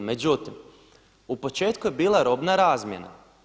Međutim, u početku je bila robna razmjena.